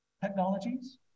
technologies